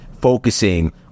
focusing